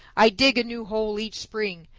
i dig a new hole each spring.